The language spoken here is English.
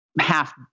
half